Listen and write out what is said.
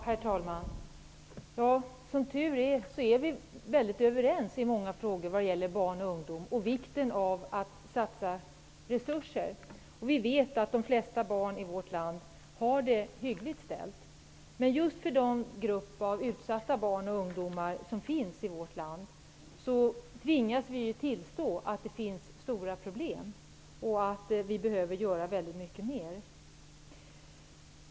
Herr talman! Vi är, som tur är, överens i många frågor som rör barn och ungdom. Vi är överens om vikten av att satsa resurser. Vi vet att de flesta barn i vårt land har det hyggligt ställt. Men vi tvingas tillstå att den grupp utsatta barn och ungdomar som finns i vårt land har stora problem och att det behöver göras mycket mer.